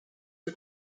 for